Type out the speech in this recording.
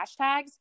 hashtags